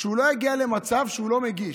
שהוא לא יגיע למצב שהוא לא מגיש,